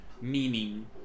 meaning